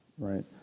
Right